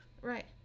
Right